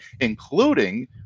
including